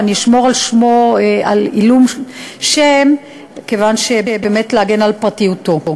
ואני אשמור על עילום שם כדי באמת להגן על פרטיותו: